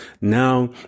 Now